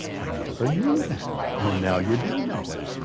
i never knew that. well now you do know it.